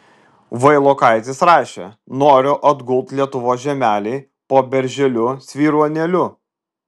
vailokaitis rašė noriu atgult lietuvos žemelėj po berželiu svyruonėliu